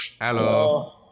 Hello